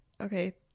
okay